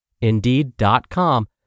Indeed.com